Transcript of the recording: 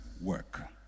work